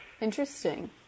Interesting